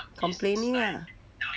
complaining ah